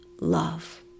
love